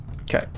Okay